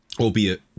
Albeit